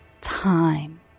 time